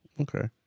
Okay